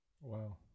Wow